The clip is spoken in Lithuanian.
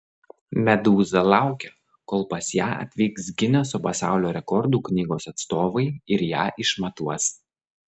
medūza laukia kol pas ją atvyks gineso pasaulio rekordų knygos atstovai ir ją išmatuos